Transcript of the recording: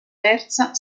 terza